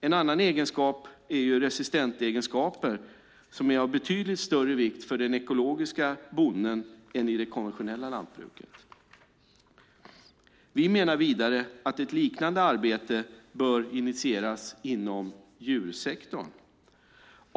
En annan egenskap är resistentegenskap som är av betydligt större vikt för den ekologiska bonden än i det konventionella lantbruket. Vi menar vidare att ett liknande arbete bör initieras inom djursektorn.